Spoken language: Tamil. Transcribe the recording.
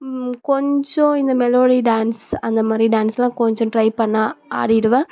கொஞ்சம் இந்த மெலோடி டான்ஸ் அந்த மாதிரி டான்ஸெல்லாம் கொஞ்சம் ட்ரை பண்ணால் ஆடிவிடுவேன்